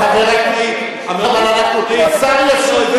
חיילים הם לא פושעים.